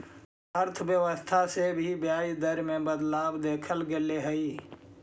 अर्थव्यवस्था से भी ब्याज दर में बदलाव देखल गेले हइ